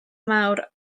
mawr